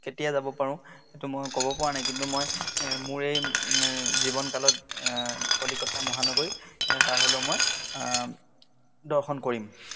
কেতিয়া যাব পাৰোঁ সেইটো মই ক'ব পৰা নাই কিন্তু মই মোৰ এই জীৱনকালত কলিকতা মহানগৰী এবাৰ হ'লেও মই দৰ্শন কৰিম